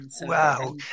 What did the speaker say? wow